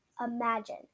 Imagine